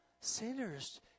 sinners